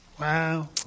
Wow